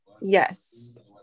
Yes